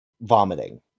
vomiting